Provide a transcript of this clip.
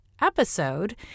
episode